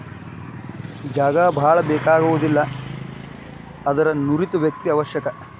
ಜಾಗಾ ಬಾಳ ಬೇಕಾಗುದಿಲ್ಲಾ ಆದರ ನುರಿತ ವ್ಯಕ್ತಿ ಅವಶ್ಯಕ